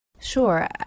Sure